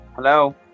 Hello